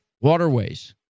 waterways